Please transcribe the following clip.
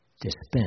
dispense